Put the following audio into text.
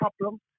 problem